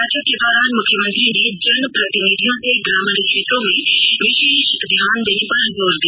बैठक के दौरान मुख्यमंत्री ने जनप्रतिनिधियों से ग्रामीण क्षेत्रों में विशेष ध्यान देने पर जोर दिया